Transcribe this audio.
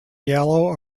yellow